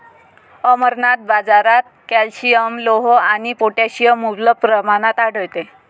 अमरनाथ, बाजारात कॅल्शियम, लोह आणि पोटॅशियम मुबलक प्रमाणात आढळते